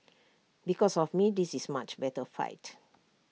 because of me this is much better fight